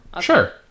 Sure